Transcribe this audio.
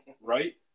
right